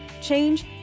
change